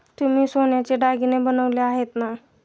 तुम्ही सोन्याचे दागिने बनवले आहेत ना?